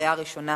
לקריאה ראשונה.